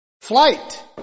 Flight